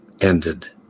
ended